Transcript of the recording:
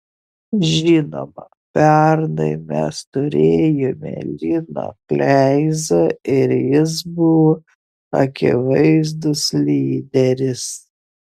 žinoma pernai mes turėjome liną kleizą ir jis buvo akivaizdus lyderis